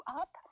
up